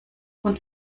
und